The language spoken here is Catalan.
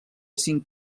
cinc